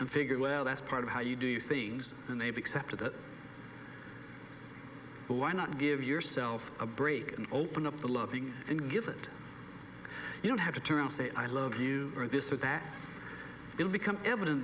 and figured well that's part of how you do things and they've accepted it but why not give yourself a break and open up to loving and give it you don't have to turn and say i love you or this or that will become evident